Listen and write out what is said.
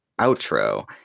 outro